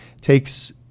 takes